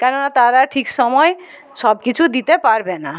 কেননা তারা ঠিক সময় সব কিছু দিতে পারবে না